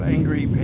Angry